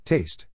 Taste